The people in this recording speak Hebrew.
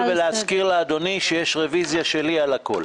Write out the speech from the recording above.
ולהזכיר לאדוני שיש רוויזיה שלי על הכול.